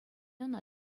ӑна